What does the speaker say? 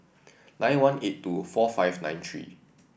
nine one eight two four five nine three